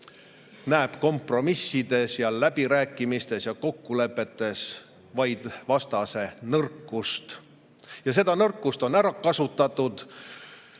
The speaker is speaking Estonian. kompromissides, läbirääkimistes ja kokkulepetes vaid vastase nõrkust. Ja seda nõrkust on ära kasutatud.